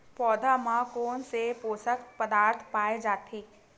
पौधा मा कोन से पोषक पदार्थ पाए जाथे?